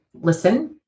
listen